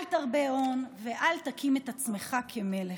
אל תרבה הון ואל תקים את עצמך כמלך.